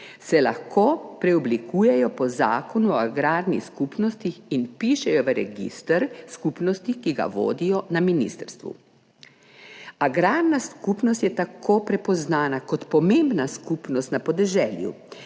se lahko preoblikujejo po Zakonu o agrarnih skupnostih in vpišejo v register skupnosti, ki ga vodijo na ministrstvu. Agrarna skupnost je tako prepoznana kot pomembna skupnost na podeželju,